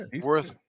worth